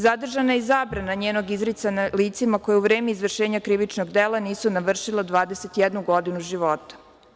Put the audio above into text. Zadržana je i zabrana njenog izricanja licima koja u vreme izvršenja krivičnog dela nisu navršila 21 godinu života.